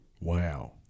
Wow